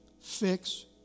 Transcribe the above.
fix